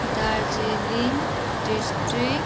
Darjeeling district